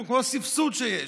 כמו כל סבסוד שיש.